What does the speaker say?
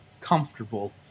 comfortable